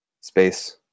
space